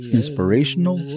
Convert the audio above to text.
inspirational